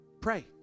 pray